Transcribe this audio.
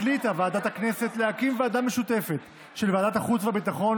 החליטה ועדת הכנסת להקים ועדה משותפת של ועדת החוץ והביטחון